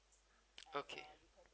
okay